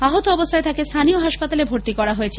আহত অবস্থায় তাঁকে স্থানীয় হাসপাতালে ভর্তি করা হয়েছে